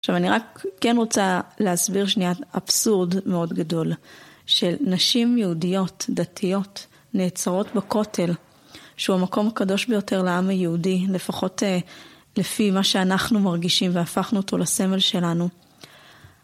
עכשיו, אני רק כן רוצה להסביר שנייה אבסורד מאוד גדול שנשים יהודיות, דתיות, נעצרות בכותל שהוא המקום הקדוש ביותר לעם היהודי, לפחות לפי מה שאנחנו מרגישים והפכנו אותו לסמל שלנו